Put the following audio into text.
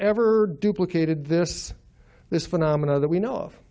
ever duplicated this this phenomenon that we know of